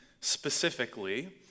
specifically